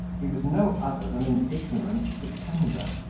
he was no other than an ignorant pretender.